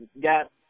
got